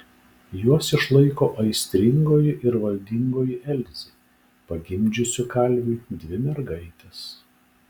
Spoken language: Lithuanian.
juos išlaiko aistringoji ir valdingoji elzė pagimdžiusi kalviui dvi mergaites